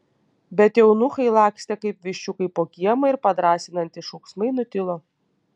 bet eunuchai lakstė kaip viščiukai po kiemą ir padrąsinantys šauksmai nutilo